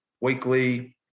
weekly